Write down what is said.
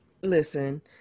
Listen